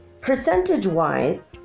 Percentage-wise